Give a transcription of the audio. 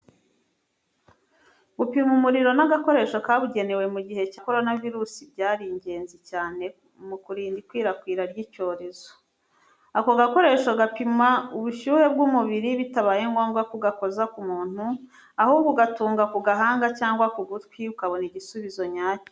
Gupima umuriro n’agakoresho kabugenewe mu gihe cya korona virusi byari ingenzi cyane mu kurinda ikwirakwira ry’icyorezo. Ako gakoresho gapima ubushyuhe bw'umubiri bitabaye ngombwa ko ugakoza ku muntu, ahubwo ugatunga ku gahanga cyangwa ku gutwi ukabona igisubizo nyacyo.